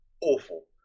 awful